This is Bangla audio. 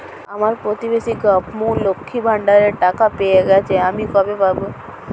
আমার প্রতিবেশী গাঙ্মু, লক্ষ্মীর ভান্ডারের টাকা পেয়ে গেছে, আমি কবে পাব?